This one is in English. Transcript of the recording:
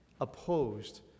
opposed